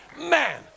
Man